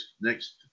next